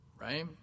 right